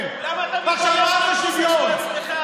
למה לא מצמידים אותה?